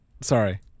Sorry